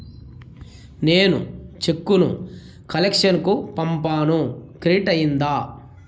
నేను చెక్కు ను కలెక్షన్ కు పంపాను క్రెడిట్ అయ్యిందా